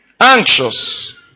anxious